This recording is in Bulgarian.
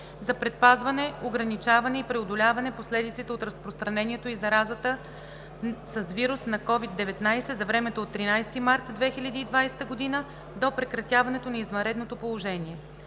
за предпазване, ограничаване и преодоляване последиците от разпространението и заразата с вируса на COVID-19 за времето от 13 март 2020 г. до прекратяването на извънредното положение.